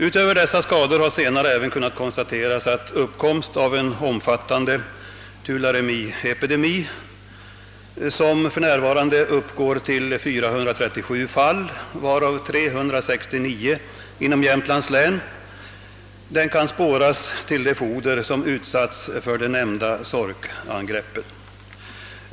Utöver dessa skador har även kunnat konstateras uppkomsten av en omfattande tularemi-epidemi, som för närvarande omfattar 437 fall, varav 369 inom Jämtlands län. Epidemiens upphov kan spåras till det foder som utsatts för nämnda sorkangrepp.